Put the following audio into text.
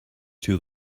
too